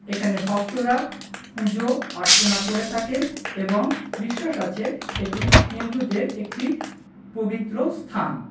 এখানে ভক্তরা পুজো অর্চনা করে থাকেন এবং বিশ্বাস আছে এটি হিন্দুদের একটি পবিত্র স্থান